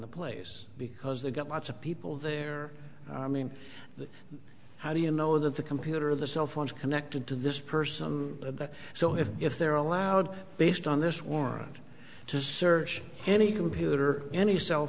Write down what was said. the place because they've got lots of people there how do you know that the computer or the cell phones are connected to this person so if if they're allowed based on this warrant to search any computer any cell